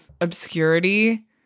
obscurity